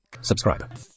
Subscribe